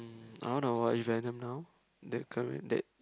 I wanna watch Venom now the current that